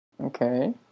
Okay